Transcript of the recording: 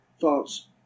thoughts